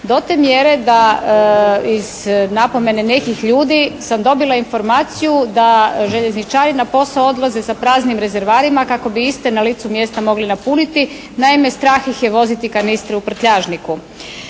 do te mjere da iz napomene nekih ljudi sam dobila informaciju da željezničari na posao odlaze sa praznim rezervoarima kako bi iste na licu mjesta mogli napuniti. Naime, strah ih je voziti karnistre u prtljažniku.